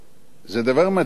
זה דבר מדהים,